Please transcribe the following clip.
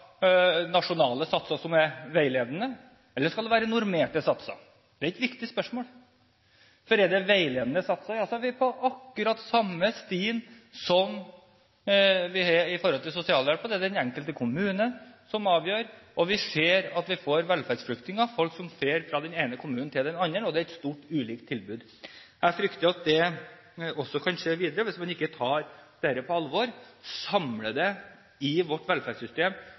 nasjonale satser som er veiledende? Eller skal det være normerte satser? Det er viktige spørsmål. Er det veiledende satser, er vi på akkurat den samme stien som vi er på med hensyn til sosialhjelpen; det er den enkelte kommune som avgjør. Og vi ser at vi får velferdsflyktninger – folk som drar fra den ene kommunen til den andre – og at det er et stort, ulikt tilbud. Jeg frykter at det også kan skje videre hvis man ikke tar dette på alvor, samler det i vårt velferdssystem,